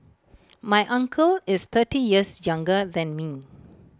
my uncle is thirty years younger than me